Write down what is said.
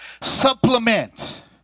supplement